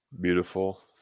beautiful